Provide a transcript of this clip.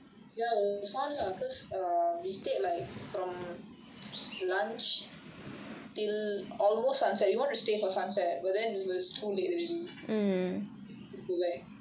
ya it was fun lah because err we stayed like from lunch till almost until sunset we want to stay for sunset but then it was too late already then we just go back